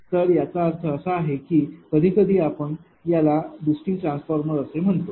तर याचा अर्थ असा आहे की कधीकधी आपण याला बूस्टिंग ट्रान्सफॉर्मर असे म्हणतो